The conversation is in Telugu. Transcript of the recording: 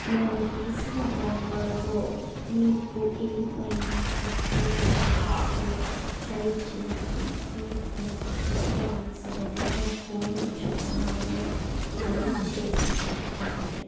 నేను గీసిన బొమ్మలలో మీకు ఏమైనా తప్పుగా అనిపిస్తే దయచేసి ఫీడ్బ్యాక్ చెప్పవలసినదిగా కోరుచున్నాను దయచేసి చెప్పండి